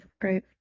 Great